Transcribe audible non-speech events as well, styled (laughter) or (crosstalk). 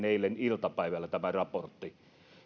(unintelligible) eilen iltapäivällä tämä raportti